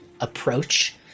approach